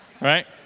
right